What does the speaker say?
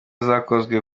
zakozwe